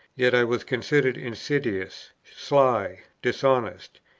yet i was considered insidious, sly, dishonest,